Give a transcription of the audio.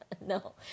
No